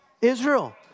Israel